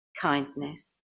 kindness